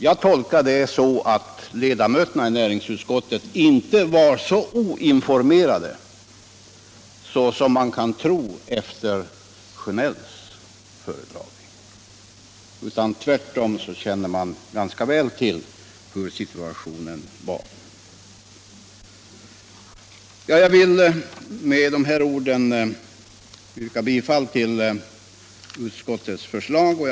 Jag tolkar det så att ledamöterna i näringsutskottet inte var så oinformerade som man kan få ett intryck av genom herr Sjönells anförande. Tvärtom kände de ganska väl till situationen.